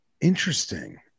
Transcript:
Interesting